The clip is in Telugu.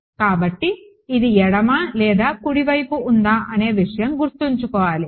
కాబట్టి ఇది ఎడమ లేదా కుడి వైపు ఉందా అనే విషయం గుర్తుఉంచుకోవాలి